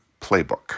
Playbook